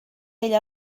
ella